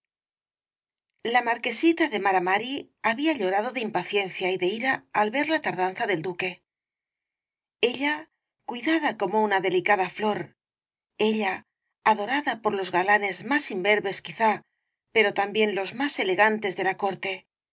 la marquesita de mara mari había llorado de impaciencia y de ira al ver la tardanza del duque ella cuidada como una delicada flor ella adorada por los galanes más imberbes quizá pero también los más elegantes de la corte